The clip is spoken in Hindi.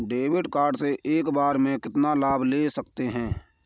क्रेडिट कार्ड से एक बार में कितना लोन ले सकते हैं?